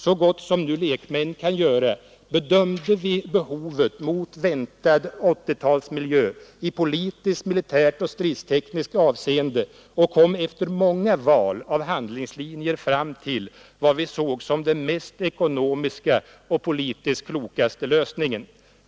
Så gott som lekmän nu kan göra det bedömde vi behovet mot en väntad 1980-talsmiljö i politiskt, militärt och stridstekniskt avseende och kom efter många val av handlingslinjer fram till vad vi ansåg som den mest ekonomiska och politiskt klokaste lösningen.